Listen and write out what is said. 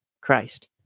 Christ